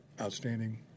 outstanding